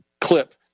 clip